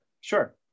Sure